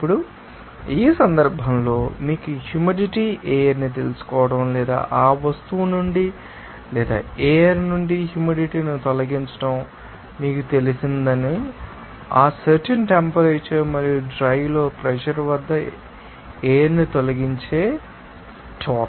ఇప్పుడు ఈ సందర్భంలో మీకు హ్యూమిడిటీ ఎయిర్ ని తెలుసుకోవడం లేదా ఆ వస్తువు నుండి లేదా ఎయిర్ నుండి హ్యూమిడిటీ ను తొలగించడం మీకు తెలిసినందున ఆ సర్టెన్ టెంపరేచర్ మరియు డ్రై లో ప్రెషర్ వద్ద ఎయిర్ ని తొలగించే టోటల్